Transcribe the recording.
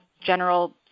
general